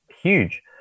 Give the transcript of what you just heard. huge